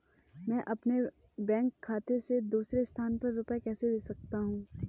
मैं अपने बैंक खाते से दूसरे स्थान पर रुपए कैसे भेज सकता हूँ?